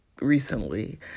recently